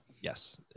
yes